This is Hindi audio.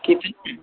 कितना